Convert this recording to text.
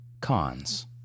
cons